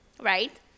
right